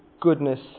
goodness